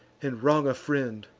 and wrong a friend,